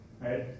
right